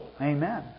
Amen